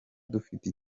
dufite